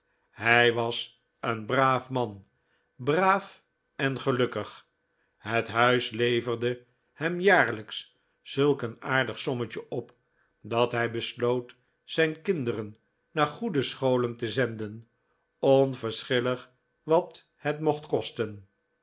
hij was een braaf man braaf en gelukkig het huis leverde hem jaarlijks zulk een aardig sommetje op dat hij besloot zijn kinderen naar goede scholen te zenden onverschillig wat het mocht kosten